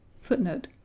Footnote